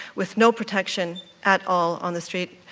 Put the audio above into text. with no protection at all on the street,